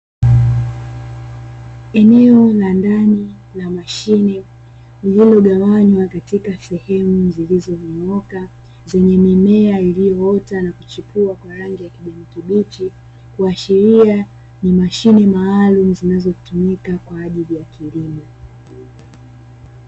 Eneo la ndani la mashine lililogawanywa katika sehemu zilizonyooka; zenye mimea iliyoota na kuchipua kwa rangi ya kijani kibichi, kuashiria ni mashine maalumu zinazotumika kwa ajili ya kilimo.